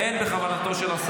ממש לא.